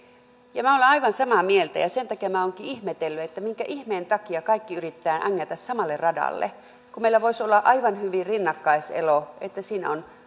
minä olen aivan samaa mieltä ja sen takia minä olen ihmetellyt minkä ihmeen takia kaikki yrittävät ängetä samalle radalle kun meillä voisi olla aivan hyvin rinnakkaiselo siinä on